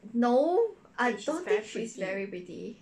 she's very pretty